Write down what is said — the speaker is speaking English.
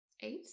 Eight